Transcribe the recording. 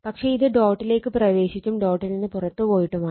പക്ഷെ അത് ഡോട്ടിലേക്ക് പ്രവേശിച്ചും ഡോട്ടിൽ നിന്ന് പുറത്ത് പോയിട്ടുമാണ്